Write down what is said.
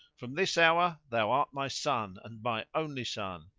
from this hour thou art my son and my only son,